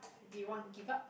do you want to give up